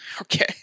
okay